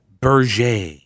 Berger